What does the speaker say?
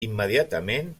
immediatament